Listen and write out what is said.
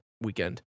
weekend